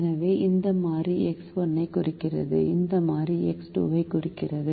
எனவே இது மாறி X1 ஐ குறிக்கிறது இது மாறி X2 ஐ குறிக்கிறது